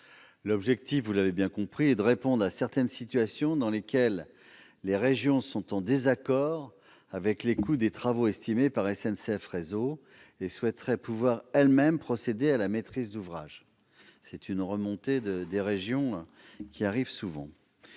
L'objectif est de répondre à certaines situations dans lesquelles les régions sont en désaccord avec les coûts des travaux estimés par SNCF Réseau et souhaiteraient pouvoir elles-mêmes procéder à la maîtrise d'ouvrage- les régions nous font souvent